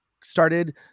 started